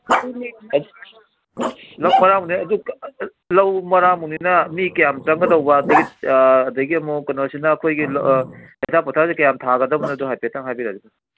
ꯂꯧ ꯃꯔꯥꯛꯃꯨꯛꯅꯦ ꯑꯗꯨ ꯂꯧ ꯃꯔꯥꯛꯃꯨꯛꯅꯤꯅ ꯃꯤ ꯀꯌꯥꯝ ꯆꯪꯒꯗꯧꯕ ꯑꯗꯒꯤ ꯑꯗꯒꯤ ꯑꯃꯨꯛ ꯀꯩꯅꯣꯁꯤꯅ ꯑꯩꯈꯣꯏꯒꯤ ꯍꯩꯊꯥ ꯄꯣꯊꯥꯁꯤ ꯀꯌꯥꯝ ꯊꯥꯒꯗꯕꯅꯣꯗꯣ ꯍꯥꯏꯐꯦꯠꯇꯪ ꯍꯥꯏꯕꯤꯔꯛꯑꯗꯤ ꯐꯅꯤ